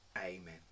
amen